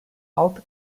altı